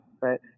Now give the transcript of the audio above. right